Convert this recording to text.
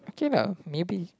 ok lah maybe